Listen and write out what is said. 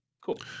Cool